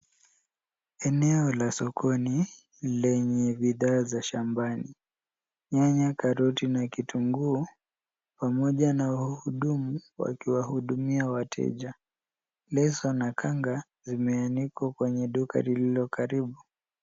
Eneo la sokoni lenye bidhaa za shambani. Nyanya, karoti na kitunguu pamoja na wahudumu wakiwa hudumia wateja. Leso na kanga vimeanikwa kwenye duka lililo karibu.